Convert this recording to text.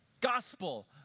gospel